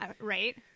right